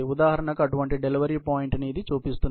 ఉదాహరణకు అటువంటి డెలివరీ పాయింట్ను ఇది చూపిస్తుంది